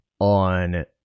on